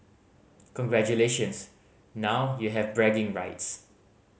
congratulations now you have bragging rights